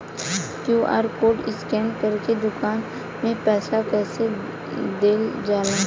QR code scan करके दुकान में पईसा कइसे देल जाला?